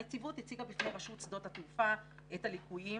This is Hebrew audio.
הנציבות הציגה בפני רשות שדות התעופה את הליקויים